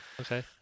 Okay